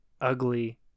ugly